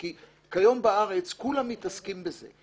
כי כיום בארץ כולם מתעסקים בזה.